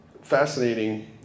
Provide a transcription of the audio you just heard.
Fascinating